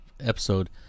episode